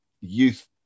youth